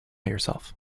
yourself